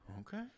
Okay